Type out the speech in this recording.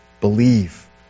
believe